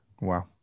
Wow